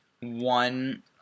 one